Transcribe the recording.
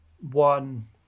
one